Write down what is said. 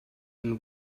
and